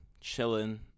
chilling